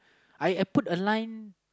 Iuhput a line